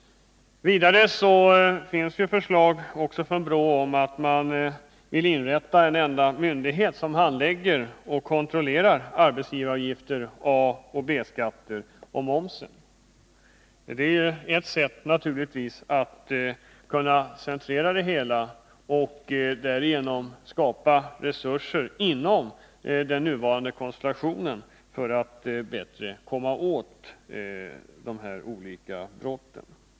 Vidare har från BRÅ framlagts förslag om att inrätta en enda myndighet som skulle handlägga och kontrollera arbetsgivaravgifter, A och B-skatter samt moms. Det är naturligtvis ett sätt att centrera verksamheten och därigenom skapa resurser inom nuvarande ramar för att bättre komma åt dessa olika brott.